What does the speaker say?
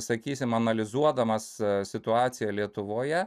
sakysim analizuodamas situaciją lietuvoje